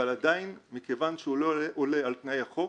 אבל עדיין מכיוון שהוא לא עונה על תנאי החוק,